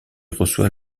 reçoit